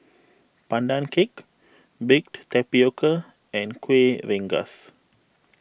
Pandan Cake Baked Tapioca and Kuih Rengas